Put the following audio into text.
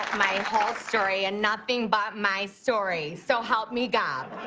my whole story and nothing but my story, so help me gob.